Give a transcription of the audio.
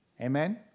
Amen